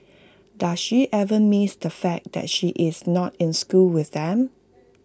does she ever miss the fact that she is not in school with them